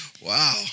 Wow